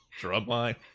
Drumline